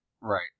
Right